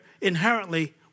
inherently